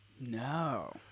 No